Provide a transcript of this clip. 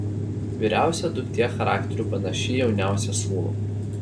vyriausia duktė charakteriu panaši į jauniausią sūnų